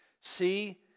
See